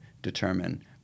Determine